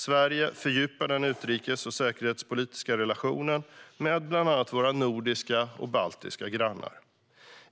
Sverige fördjupar den utrikes och säkerhetspolitiska relationen med bland annat våra nordiska och baltiska grannar.